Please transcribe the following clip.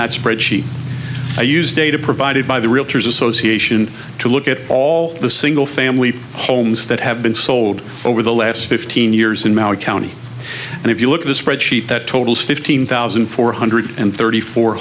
that spreadsheet i used data provided by the realtors association to look at all the single family homes that have been sold over the last fifteen years in marin county and if you look at the spread sheet that totals fifteen thousand four hundred and thirty four